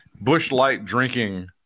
bush-light-drinking